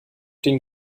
den